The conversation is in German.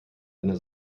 einer